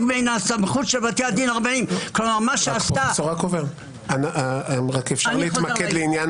מן הסמכות של בתי הדין- - אם אפשר להתמקד לעניין